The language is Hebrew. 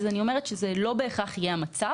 אני אומרת שזה לא בהכרח יהיה המצב,